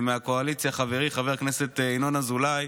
מהקואליציה, חברי חבר הכנסת ינון אזולאי,